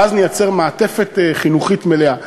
ואז נייצר מעטפת חינוכית מלאה.